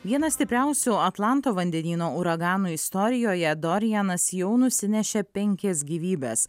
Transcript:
vienas stipriausių atlanto vandenyno uraganų istorijoje dorianas jau nusinešė penkias gyvybes